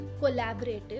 collaborative